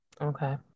Okay